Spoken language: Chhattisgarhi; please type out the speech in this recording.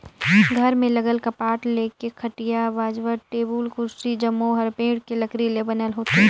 घर में लगल कपाट ले लेके खटिया, बाजवट, टेबुल, कुरसी जम्मो हर पेड़ के लकरी ले बनल होथे